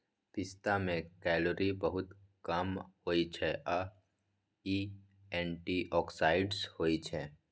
पिस्ता मे केलौरी बहुत कम होइ छै आ इ एंटीआक्सीडेंट्स होइ छै